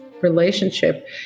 relationship